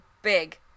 Big